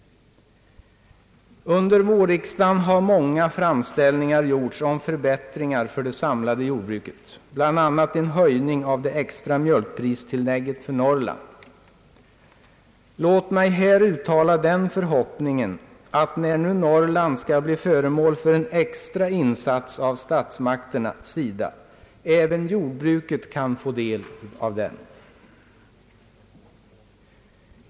Under vårriksdagen har många framställningar gjorts om förbättringar för det samlade jordbruket, bl.a. en höjning av det extra mjölkpristillägget för Norrland. Låt mig här uttala den förhoppningen att även jordbruket kan få del av den extra insats från statsmakternas sida som nu Norrland skall bli föremål för.